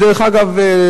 דרך אגב,